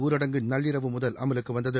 ஊரடங்கு நள்ளிரவு முதல் அமலுக்கு வந்தது